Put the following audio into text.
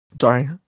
Sorry